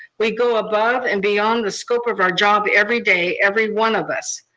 we go above and beyond the scope of our job every day, every one of us.